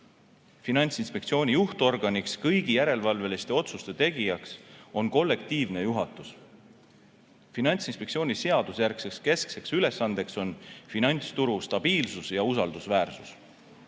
Finantsinspektsiooni juhtorganiks, kõigi järelevalveliste otsuste tegijaks on kollektiivne juhatus. Finantsinspektsiooni seadusjärgne keskne ülesanne on finantsturu stabiilsuse ja usaldusväärsuse